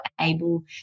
able